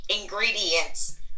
ingredients